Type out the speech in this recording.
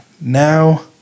now